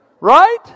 Right